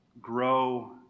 grow